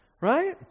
right